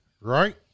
right